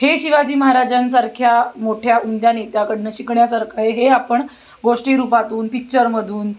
हे शिवाजी महाराजांसारख्या मोठ्या उमद्या नेत्याकडनं शिकण्यासारखं आहे हे आपण गोष्टी रूपातून पिक्चरमधून